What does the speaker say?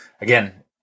again